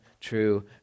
true